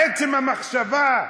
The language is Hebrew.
עצם המחשבה,